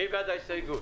מי בעד ההסתייגות?